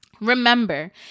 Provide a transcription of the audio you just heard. Remember